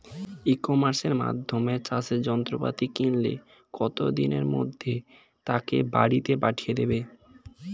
ই কমার্সের মাধ্যমে চাষের যন্ত্রপাতি কিনলে কত দিনের মধ্যে তাকে বাড়ীতে পাঠিয়ে দেবে?